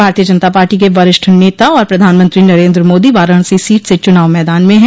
भारतीय जनता पार्टी के वरिष्ठ नेता और प्रधानमंत्री नरेन्द्र मोदी वाराणसी सीट से चुनाव मैदान में हैं